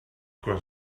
quan